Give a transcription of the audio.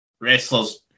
wrestlers